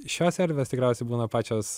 šios erdvės tikriausiai būna pačios